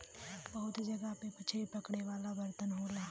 बहुत जगह पे मछरी पकड़े वाला बर्तन होला